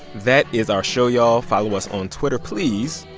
that is our show, y'all. follow us on twitter, please.